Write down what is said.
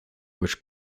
which